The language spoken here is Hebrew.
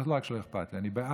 לא רק שלא אכפת לי, אני בעד.